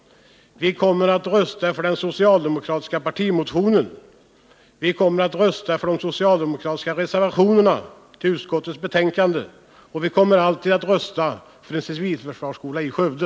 Vi kommer att rösta för den socialdemokratiska partimotionen. Vi kommer att rösta för de socialdemokratiska reservationerna till utskottets betänkande, och vi kommer alltid att rösta för en civilförsvarsskola i Skövde.